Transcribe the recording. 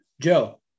joe